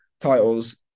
titles